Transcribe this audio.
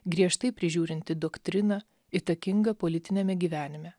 griežtai prižiūrinti doktriną įtakinga politiniame gyvenime